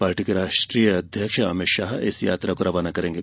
party के राष्ट्रीय अध्यक्ष अभित शाह इस यात्रा को रवाना करेंगे